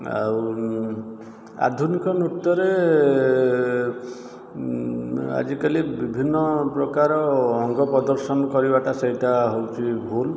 ଆଉ ଆଧୁନିକ ନୃତ୍ୟରେ ଆଜିକାଲି ବିଭିନ୍ନ ପ୍ରକାର ଅଙ୍ଗପ୍ରଦର୍ଶନ କରିବା ଟା ସେଇଟା ହେଉଛି ଭୁଲ୍